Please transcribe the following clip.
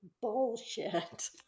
bullshit